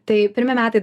tai pirmi metai